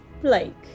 Blake